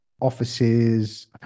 offices